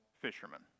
fishermen